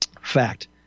fact